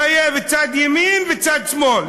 מחייב את צד ימין וצד שמאל.